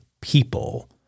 people